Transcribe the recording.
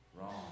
Wrong